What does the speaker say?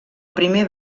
primer